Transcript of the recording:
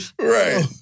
Right